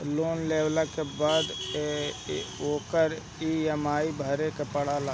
loan लेहला के बाद ओकर इ.एम.आई भरे के पड़ेला